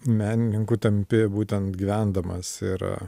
menininkų tampi būtent gyvendamas ir